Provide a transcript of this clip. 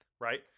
right